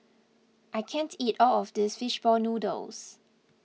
I can't eat all of this Fish Ball Noodles